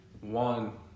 one